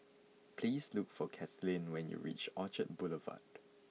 please look for Kathlene when you reach Orchard Boulevard